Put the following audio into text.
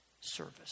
service